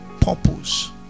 purpose